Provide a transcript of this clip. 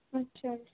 ਅੱਛਾ ਜੀ